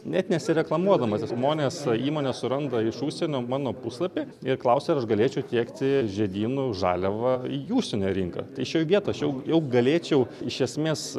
net nesireklamuodamas žmonės įmonės suranda iš užsienio mano puslapį ir klausia ar aš galėčiau tiekti žiedynų žaliavą į užsienio rinką tai šioj vietoj aš jau jau galėčiau iš esmės